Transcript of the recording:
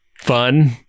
fun